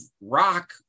rock